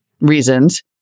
reasons